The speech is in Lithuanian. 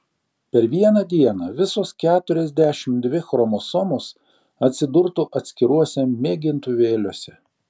per vieną dieną visos keturiasdešimt dvi chromosomos atsidurtų atskiruose mėgintuvėliuose